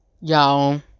y'all